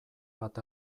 bat